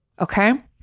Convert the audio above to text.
okay